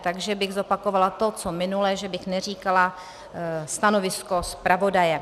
Takže bych zopakovala to co minule, že bych neříkala stanovisko zpravodaje.